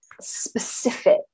specific